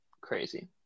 crazy